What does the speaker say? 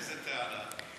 באיזה טענה?